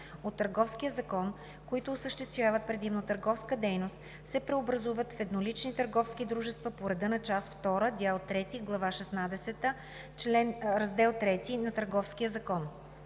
от Търговския закон, които осъществяват предимно търговска дейност, се преобразуват в еднолични търговски дружества по реда на част втора, дял трети, глава шестнадесета, раздел III на Търговския закон.